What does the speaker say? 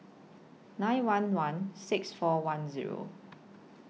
nine one one six four one Zero